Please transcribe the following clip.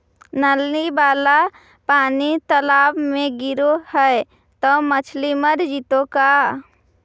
नली वाला पानी तालाव मे गिरे है त मछली मर जितै का?